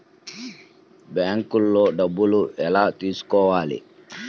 బ్యాంక్లో డబ్బులు ఎలా తీసుకోవాలి?